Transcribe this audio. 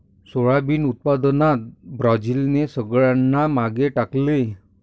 soybean उत्पादनात ब्राझीलने सगळ्यांना मागे टाकले